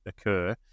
occur